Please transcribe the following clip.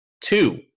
Two